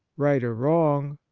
right or wrong,